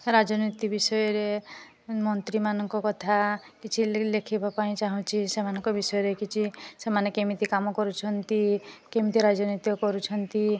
ରାଜନୀତି ବିଷୟରେ ମନ୍ତ୍ରୀମାନଙ୍କ କଥା କିଛି ଲେଖିବା ପାଇଁ ଚାହୁଁଛି ସେମାନଙ୍କ ବିଷୟରେ କିଛି ସେମାନେ କେମିତି କାମ କରୁଛନ୍ତି କେମିତି ରାଜନୀତିକ କରୁଛନ୍ତି